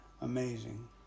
amazing